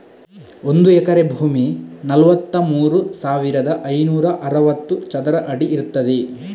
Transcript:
ಒಂದು ಎಕರೆ ಭೂಮಿ ನಲವತ್ತಮೂರು ಸಾವಿರದ ಐನೂರ ಅರವತ್ತು ಚದರ ಅಡಿ ಇರ್ತದೆ